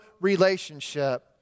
relationship